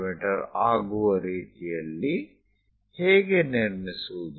me ಆಗುವ ರೀತಿಯಲ್ಲಿ ಹೇಗೆ ನಿರ್ಮಿಸುವುದು